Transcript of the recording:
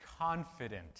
confident